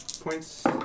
points